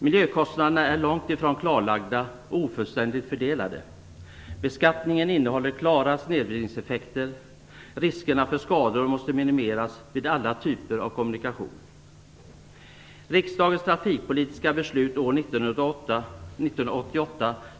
Miljökostnaderna är långt ifrån klarlagda och ofullständigt fördelade. Beskattningen innehåller klara snedvridningseffekter, riskerna för skador måste minimeras vid alla typer av kommunikation. Folkpartiet liberalerna står bakom riksdagens trafikpolitiska beslut från år 1988.